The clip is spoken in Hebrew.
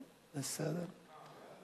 טוב, בסדר.